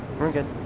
we're good,